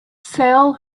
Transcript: sail